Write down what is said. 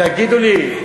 תגידו לי,